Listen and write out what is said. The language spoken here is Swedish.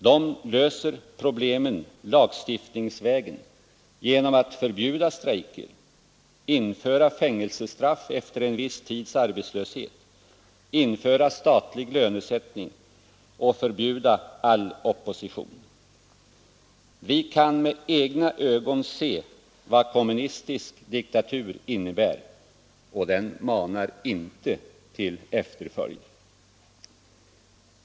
De löser problemen lagstiftningsvägen, genom att förbjuda strejker, införa fängelsestraff efter en viss tids arbetslöshet, införa statlig lönesättning och förbjuda all opposition. Vi kan med egna ögon se vad kommunistisk diktatur innebär, och den manar inte till efterföljd.